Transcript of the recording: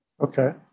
Okay